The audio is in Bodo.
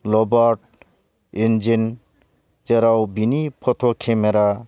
रबट इनजिन जेराव बिनि फट' खेमेरा